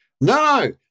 No